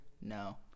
No